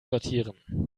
sortieren